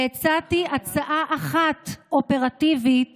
והצעתי הצעה אחת אופרטיבית